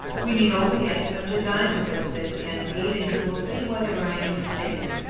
we need only ask them to dine with us, said candide, and you will see whether i am mistaken.